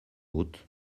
haute